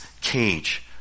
cage